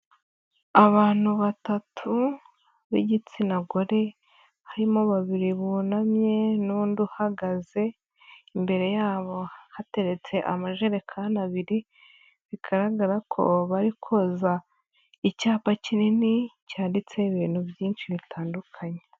Abantu batatu b'igitsina gore, harimo babiri bunamye n'undi uhagaze, imbere yabo hateretse amajerekani abiri, bigaragara ko bari koza icyapa kinini cyanditseho ibintu byinshi bitandukanye.